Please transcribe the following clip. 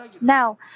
Now